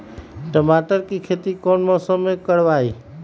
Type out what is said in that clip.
टमाटर की खेती कौन मौसम में करवाई?